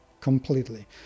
completely